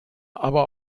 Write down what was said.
aber